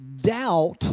doubt